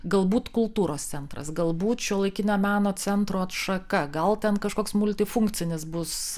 galbūt kultūros centras galbūt šiuolaikinio meno centro atšaka gal ten kažkoks multifunkcinis bus